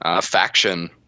faction